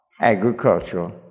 agricultural